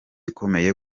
ikomeye